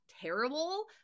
Terrible